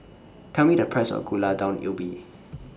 Tell Me The Price of Gulai Daun Ubi